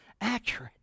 accurate